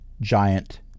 giant